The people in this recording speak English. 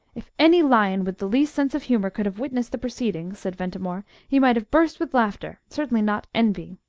if any lion with the least sense of humour could have witnessed the proceedings, said ventimore, he might have burst with laughter certainly not envy.